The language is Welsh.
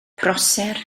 prosser